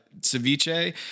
ceviche